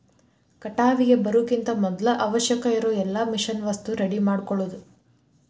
ಕಟಾವಿಗೆ ಬರುಕಿಂತ ಮದ್ಲ ಅವಶ್ಯಕ ಇರು ಎಲ್ಲಾ ಮಿಷನ್ ವಸ್ತು ರೆಡಿ ಮಾಡ್ಕೊಳುದ